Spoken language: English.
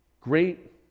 great